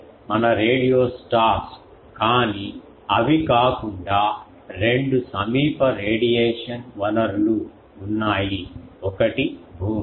అవి మన radio stars కానీ అవి కాకుండా రెండు సమీప రేడియేషన్ వనరులు ఉన్నాయి ఒకటి భూమి